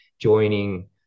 joining